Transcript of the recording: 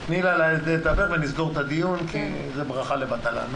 תני לה לדבר ונסגור את הדיון כי זה ברכה לבטלה.